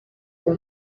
uwo